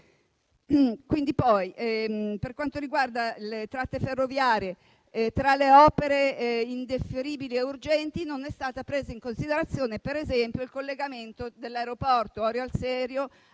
a casa. Per quanto riguarda le tratte ferroviarie, tra le opere indifferibili e urgenti non è stato preso in considerazione, per esempio, il collegamento dell'aeroporto Orio al Serio